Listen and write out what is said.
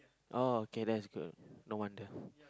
oh okay that's good no wonder